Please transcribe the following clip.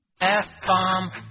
F-bomb